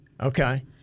Okay